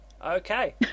Okay